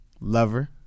Lover